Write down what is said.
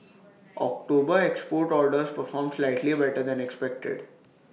October export orders performed slightly better than expected